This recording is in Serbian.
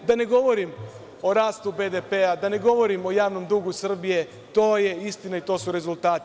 Da ne govorim o rastu BDP-a, da ne govorim o javnom dugu Srbije, to je istina i to su rezultati.